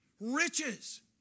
riches